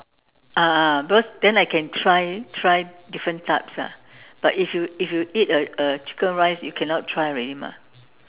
ah ah because then I can try try different types ah but if you if you eat uh uh chicken rice you cannot try already mah